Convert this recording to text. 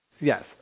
Yes